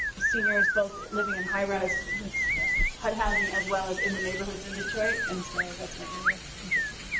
seniors both living in high rise like so hud housing, as well as in the neighborhoods in detroit, and so that's my area of interest.